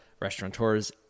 restaurateurs